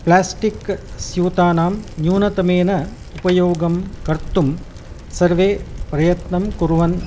प्लेस्टिक्स्यूतानां न्यूनतमेन उपयोगं कर्तुं सर्वः प्रयत्नं कुर्वन्